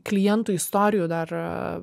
klientų istorijų dar